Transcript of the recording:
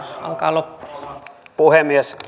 arvoisa rouva puhemies